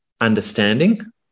understanding